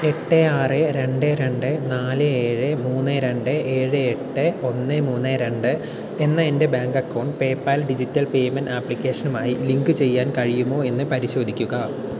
എട്ട് ആറ് രണ്ട് രണ്ട് നാല് ഏഴ് മൂന്ന് രണ്ട് ഏഴ് എട്ട് ഒന്ന് മൂന്ന് രണ്ട് എന്ന എൻ്റെ bank account PayPal digital payment ആപ്ലിക്കേഷനുമായി ലിങ്കുചെയ്യാൻ കഴിയുമോ എന്ന് പരിശോധിക്കുക